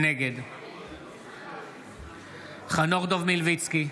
נגד חנוך דב מלביצקי,